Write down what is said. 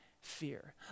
fear